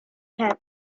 tent